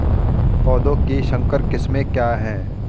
पौधों की संकर किस्में क्या हैं?